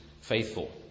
faithful